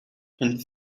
and